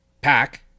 pack